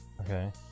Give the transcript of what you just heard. Okay